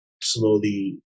slowly